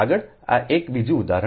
આગળ આ એક બીજું ઉદાહરણ યોગ્ય છે